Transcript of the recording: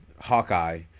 Hawkeye